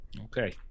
okay